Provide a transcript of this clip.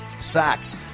sacks